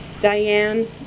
Diane